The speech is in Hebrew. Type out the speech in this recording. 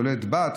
נולדה בת,